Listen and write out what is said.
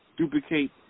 duplicate